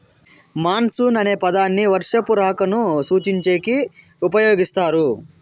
monsoon అనే పదాన్ని వర్షపు రాకను సూచించేకి ఉపయోగిస్తారు